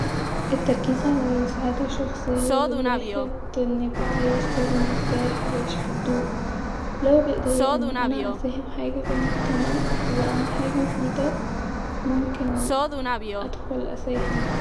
التركيز علي السعاده الشخصيه للواحد-انو عايز بالو مرتاح عايش في هدوء لو بايديا ان انا اساهم حاجه في المجتمع-واعمل حاجه مفيده-ممكن ادخل اساهم